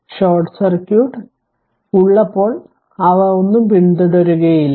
short circuit ഉള്ളപ്പോൾ അവർ ഒന്നും പിന്തുടരുകയില്ല